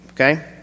Okay